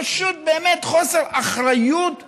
פשוט באמת חוסר אחריות משווע.